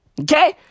Okay